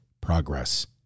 progress